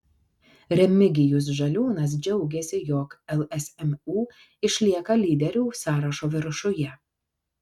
remigijus žaliūnas džiaugėsi jog lsmu išlieka lyderių sąrašo viršuje